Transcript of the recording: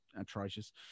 atrocious